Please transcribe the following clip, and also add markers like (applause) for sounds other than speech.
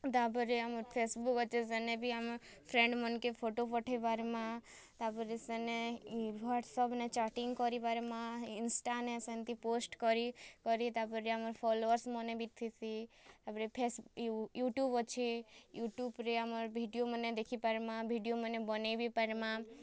ତାପରେ ଆମର୍ ଫେସବୁକ ଅଛେ ସେନେ ବି ଆମେ ଫ୍ରେଣ୍ଡମାନକେ ଫୋଟ ପଠେଇ ପାର୍ମା ତାପରେ ସେନେ ହ୍ୱାଟସପ୍ ନେ ଚାଟିଙ୍ଗ କରି ପାର୍ମା ଇନ୍ଷ୍ଟା ନେ ସେମିତି ପୋଷ୍ଟ କରି କରି ତାପରେ ଆମର୍ ଫୋଲର୍ସ ମାନେ ବି ଥିସି ତାପରେ ଫେସବୁକ୍ (unintelligible) ୟୁଟୁବ ଅଛେ ୟୁଟୁବ୍ରେ ଆମର ଭିଡ଼ିଓ ମାନେ ଦେଖି ପାର୍ମା ଭିଡ଼ିଓ ମାନେ ବନେଇ ବି ପାର୍ମା